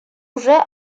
уже